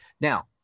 now